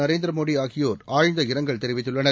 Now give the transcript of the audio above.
நரேந்திர மோடி ஆகியோர் ஆழ்ந்த இரங்கல் தெரிவித்துள்ளார்